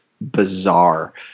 bizarre